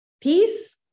Peace